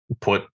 put